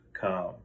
Come